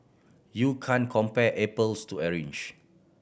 you can compare apples to orange